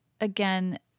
Again